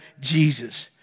Jesus